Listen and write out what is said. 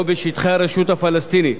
או בשטחי הרשות הפלסטינית,